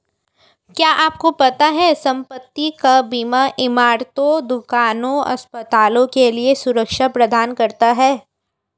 क्या आपको पता है संपत्ति का बीमा इमारतों, दुकानों, अस्पतालों के लिए सुरक्षा प्रदान करता है?